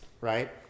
right